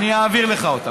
אני אעביר לך אותם.